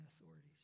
authorities